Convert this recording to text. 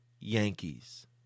Yankees